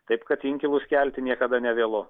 taip kad inkilus kelti niekada nevėlu